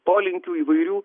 polinkių įvairių